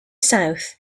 south